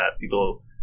people